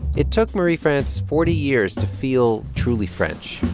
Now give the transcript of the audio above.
it took marie france forty years to feel truly french